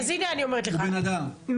הוא בן אדם.